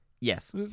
Yes